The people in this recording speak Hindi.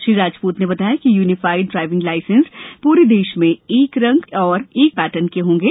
श्री राजपूत ने बताया कि यूनिफाइड ड्रायविंग लायसेंस पूरे देश में एक रंग एवं समान पेटर्न के होंगे